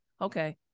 okay